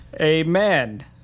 Amen